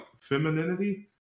femininity